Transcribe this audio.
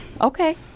Okay